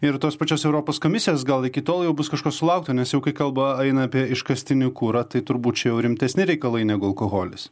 ir tos pačios europos komisijos gal iki tol jau bus kažko sulaukta nes jau kai kalba aina apie iškastinį kurą tai turbūt čia jau rimtesni reikalai negu alkoholis